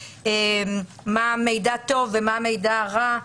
מה מידע טוב ומה מידע רע,